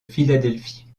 philadelphie